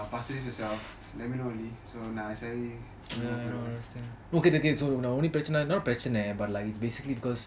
ah pasir ris yourself let me know only so நான் சேரி சும்மா போயிடுவான்:naan seri summa poiduvan